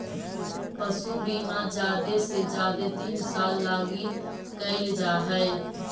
पशु बीमा जादे से जादे तीन साल लागी कयल जा हई